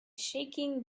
shaking